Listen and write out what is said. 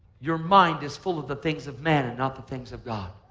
your mind is full of the things of man and not the things of god.